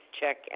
check